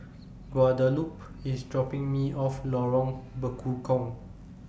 Guadalupe IS dropping Me off Lorong Bekukong